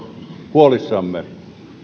huolissamme